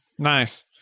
Nice